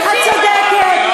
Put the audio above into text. את צודקת.